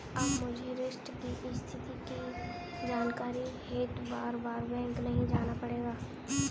अब मुझे ऋण की स्थिति की जानकारी हेतु बारबार बैंक नहीं जाना पड़ेगा